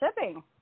shipping